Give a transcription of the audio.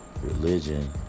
religion